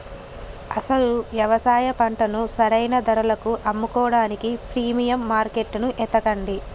అసలు యవసాయ పంటను సరైన ధరలకు అమ్ముకోడానికి ప్రీమియం మార్కేట్టును ఎతకండి